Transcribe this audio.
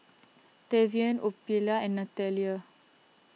Tavian Ophelia and Nathalia